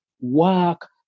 work